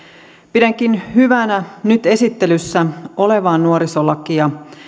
pidänkin hyvänä nyt esittelyssä olevaa nuorisolakia